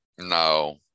no